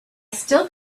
still